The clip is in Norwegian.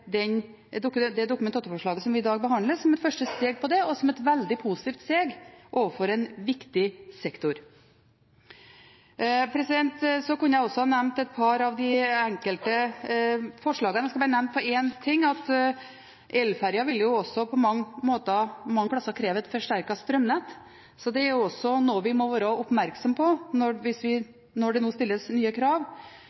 det Dokument 8-forslaget vi i dag behandler, som et første steg mot det, og som et veldig positivt steg overfor en viktig sektor. Så kunne jeg også ha nevnt et par av de enkelte forslagene. Jeg skal bare nevne en ting, nemlig at elferger også på mange måter og mange plasser vil kreve et forsterket strømnett. Så noe vi også må være oppmerksom på når det nå stilles nye krav,